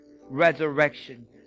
resurrection